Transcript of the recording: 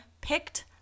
picked